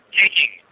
taking